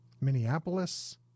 Minneapolis